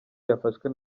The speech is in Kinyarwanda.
yafashwe